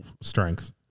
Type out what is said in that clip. strength